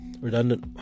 redundant